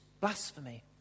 blasphemy